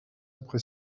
après